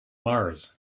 mars